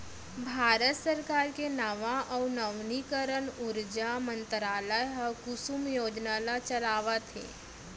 भारत सरकार के नवा अउ नवीनीकरन उरजा मंतरालय ह कुसुम योजना ल चलावत हे